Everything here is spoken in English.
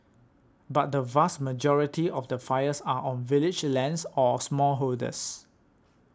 but the vast majority of the fires are on village lands or smallholders